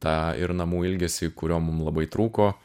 tą ir namų ilgesį kurio mum labai trūko